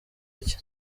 iki